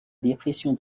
dépression